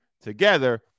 together